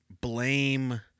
blame